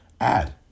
add